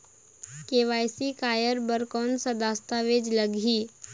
KYC कराय बर कौन का दस्तावेज लगही?